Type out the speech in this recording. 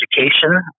Education